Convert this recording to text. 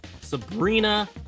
Sabrina